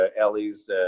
Ellie's